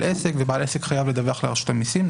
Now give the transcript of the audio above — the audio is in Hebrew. עסק ובעל עסק חייב לדווח לרשות המסים.